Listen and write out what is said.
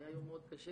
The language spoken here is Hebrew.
היה יום מאוד קשה